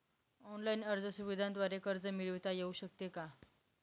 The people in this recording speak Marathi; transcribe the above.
ऑनलाईन अर्ज सुविधांद्वारे कर्ज मिळविता येऊ शकते का?